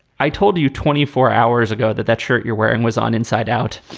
i told you twenty four hours ago that that shirt you're wearing was on inside out,